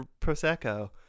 prosecco